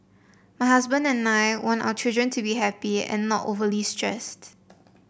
my husband and I want our children to be happy and not overly stressed